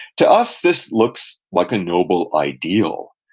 to us, this looks like a noble ideal.